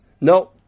no